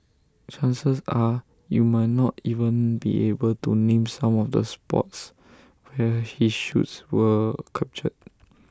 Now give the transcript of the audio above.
chances are you might not even be able to name some of the spots where his shots were captured